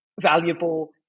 valuable